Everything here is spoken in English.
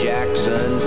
Jackson